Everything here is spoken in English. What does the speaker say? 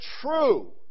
true